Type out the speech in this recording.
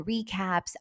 recaps